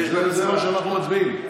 זה מה שאנחנו מצביעים.